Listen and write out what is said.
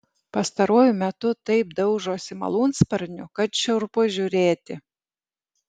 pastaruoju metu taip daužosi malūnsparniu kad šiurpu žiūrėti